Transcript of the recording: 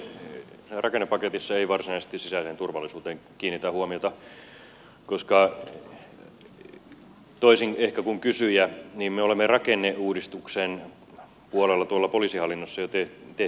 rakennepaketissa ei varsinaisesti sisäiseen turvallisuuteen kiinnitetä huomiota koska toisin ehkä kuin kysyjä me olemme rakenneuudistuksen puolella tuolla poliisihallinnossa jo tehneet paljon